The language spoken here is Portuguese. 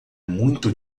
muito